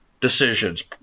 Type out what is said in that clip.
decisions